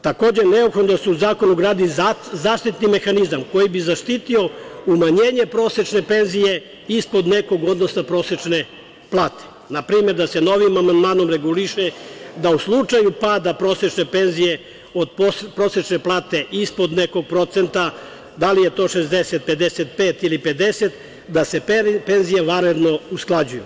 Takođe, neophodno da se u zakon ugradi zaštitni mehanizam koji bi zaštitio umanjenje prosečne penzije ispod nekog, odnosno prosečne plate, na primer da se novim amandmanom reguliše da u slučaju pada prosečne penzije od prosečne plate ispod nekog procenta, da li je to 60%, 55% ili 50%, da se penzije vanredno usklađuju.